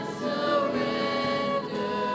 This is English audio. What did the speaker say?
surrender